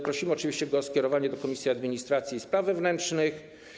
Prosimy oczywiście o skierowanie go do Komisji Administracji i Spraw Wewnętrznych.